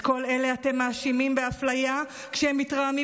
את כל אלה אתם מאשימים באפליה כשהם מתרעמים